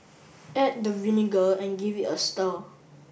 add the vinegar and give it a stir